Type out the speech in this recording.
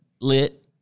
Lit